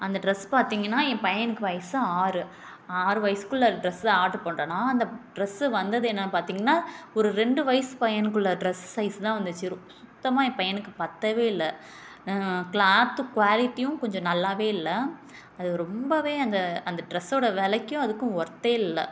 அந்த ட்ரஸ் பார்த்திங்கனா என் பையனுக்கு வயசு ஆறு ஆறு வயசுக்குள்ள ட்ரஸு ஆர்டர் பண்றன்னா அந்த ட்ரஸு வந்தது என்னன்னு பார்த்திங்கனா ஒரு ரெண்டு வயசு பையனுக்குள்ள ட்ரஸு சைஸ் தான் வந்துச்சு சுத்தமாக என் பையனுக்கு பத்தவே இல்லை க்ளாத்து குவாலிட்டியும் கொஞ்சம் நல்லாவே இல்லை அது ரொம்ப அந்த அந்த ட்ரஸ்ஸோட விலைக்கும் அதுக்கும் ஒர்த்தே இல்லை